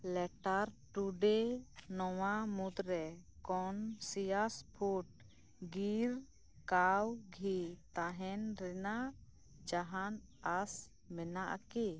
letter ᱴᱩᱰᱮ ᱱᱚᱣᱟ ᱢᱩᱫᱽᱨᱮ ᱠᱚᱱᱥᱤᱭᱟᱥ ᱯᱷᱩᱰ ᱜᱤᱨ ᱠᱟᱣ ᱜᱷᱤ ᱛᱟᱦᱮᱱ ᱨᱮᱱᱟᱜ ᱡᱟᱦᱟᱱ ᱟᱥ ᱢᱮᱱᱟᱜᱼᱟ ᱠᱤ